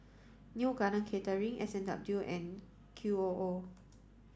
Neo Garden Catering S and W and Q O O